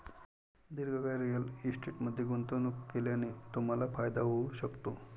दीर्घकाळ रिअल इस्टेटमध्ये गुंतवणूक केल्याने तुम्हाला फायदा होऊ शकतो